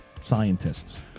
scientists